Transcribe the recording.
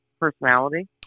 personality